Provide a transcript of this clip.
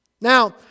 Now